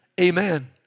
Amen